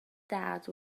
that